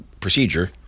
procedure